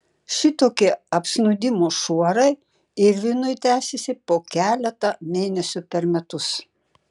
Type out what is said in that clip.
šitokie apsnūdimo šuorai irvinui tęsiasi po keletą mėnesių per metus